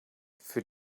für